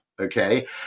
Okay